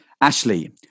Ashley